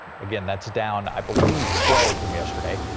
again that's down i believe twelve from yesterday,